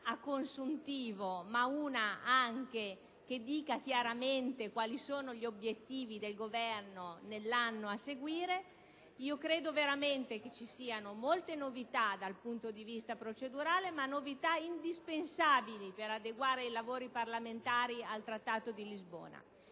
a consuntivo e un'altra che indicherà chiaramente quali sono gli obiettivi del Governo nell'anno a seguire. Credo veramente che ci siano molte novità dal punto di vista procedurale, novità indispensabili per adeguare i lavori parlamentari al Trattato di Lisbona.